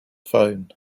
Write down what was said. phone